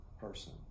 person